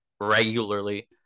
regularly